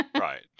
right